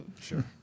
Sure